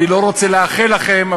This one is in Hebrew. אני לא רוצה לאחל לכם,